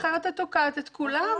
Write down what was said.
אחרת את תוקעת את כולם.